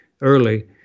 early